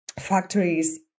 factories